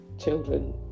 children